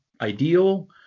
ideal